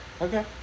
Okay